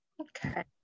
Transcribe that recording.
okay